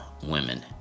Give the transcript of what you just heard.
women